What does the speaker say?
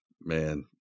man